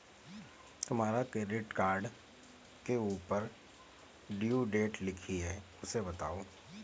तुम्हारे credit card के ऊपर ड्यू डेट लिखी है उसे बताओ